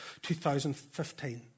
2015